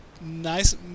nice